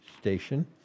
Station